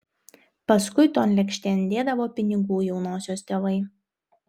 paskui ton lėkštėn dėdavo pinigų jaunosios tėvai